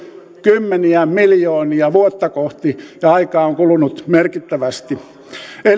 kymmeniä miljoonia vuotta kohti ja aikaa on kulunut merkittävästi